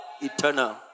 Eternal